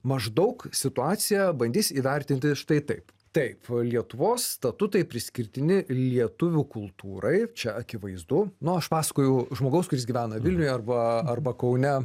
maždaug situaciją bandys įvertinti štai taip taip lietuvos statutai priskirtini lietuvių kultūrai čia akivaizdu nu aš pasakojau žmogaus kuris gyvena vilniuje arba arba kaune